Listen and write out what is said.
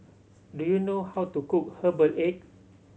do you know how to cook herbal egg